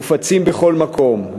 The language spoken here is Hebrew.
מופצים בכל מקום.